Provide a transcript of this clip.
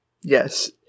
Yes